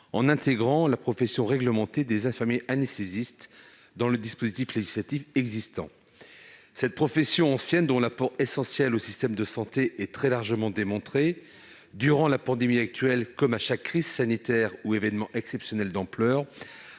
en intégrant la profession réglementée des infirmiers anesthésistes dans le dispositif législatif existant. Cette profession ancienne, dont l'apport essentiel au système de santé est très largement démontré, durant la pandémie actuelle comme à chaque crise sanitaire ou événement exceptionnel d'ampleur,